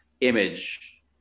image